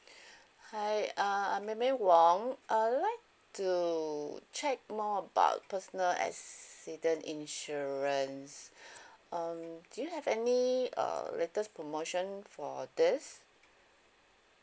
hi uh mei mei wong I'd like to check more about personal accident insurance um do you have any uh latest promotion for this